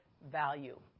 value